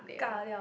ka-liao